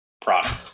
product